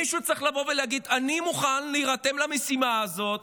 מישהו צריך לבוא ולהגיד: אני מוכן להירתם למשימה הזאת,